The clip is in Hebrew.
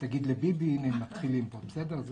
תגיד לביבי: הנה, הם מתחילים פה, בסדר?